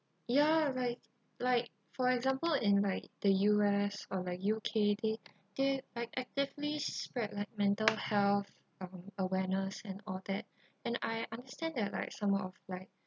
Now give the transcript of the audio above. ya right like for example in like the U_S or like U_K they they like actively spread like mental health um awareness and all that and I understand that like some of like